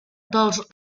dels